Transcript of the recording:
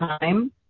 time